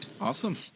Awesome